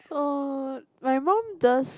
oh my mum does